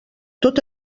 tot